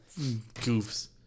Goofs